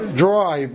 dry